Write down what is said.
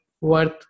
worth